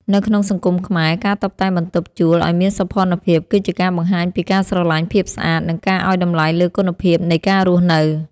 នៅក្នុងសង្គមខ្មែរ ការតុបតែងបន្ទប់ជួលឱ្យមានសោភ័ណភាព គឺជាការបង្ហាញពីការស្រឡាញ់ភាពស្អាត និងការឱ្យតម្លៃលើគុណភាពនៃការរស់នៅ។